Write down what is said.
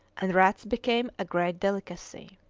and rats became a great delicacy.